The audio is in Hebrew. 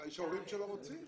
יש הורים שלא רוצים.